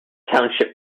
township